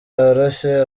yoroshye